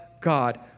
God